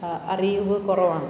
അറിവ് കുറവാണ്